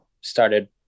started